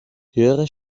höhere